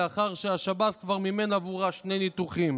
לאחר שהשב"ס כבר מימן בעבורה שני ניתוחים.